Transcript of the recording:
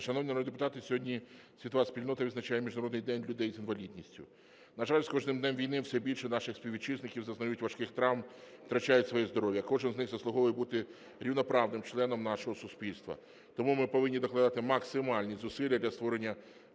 народні депутати, сьогодні світова спільнота відзначає Міжнародний день людей з інвалідністю. На жаль, з кожним днем війни все більше наших співвітчизників зазнають важких травм, втрачають своє здоров'я. Кожен з них заслуговує бути рівноправним членом нашого суспільства, тому ми повинні докладати максимальні зусилля для створення